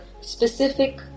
specific